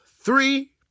three